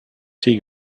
sea